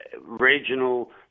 regional